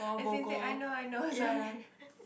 I see I see I know I know sorry